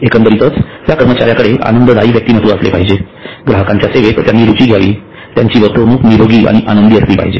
एकंदरीत त्या कर्मचाऱ्यांकडे आनंददायी व्यक्तिमत्व असले पाहिजे ग्राहकांच्या सेवेत त्यांनी रुची घ्यावी त्यांची वर्तवणूक निरोगी आणि आनंदी असली पाहिजे